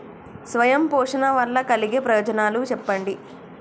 స్వయం పోషణ వల్ల కలిగే ప్రయోజనాలు చెప్పండి?